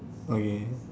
okay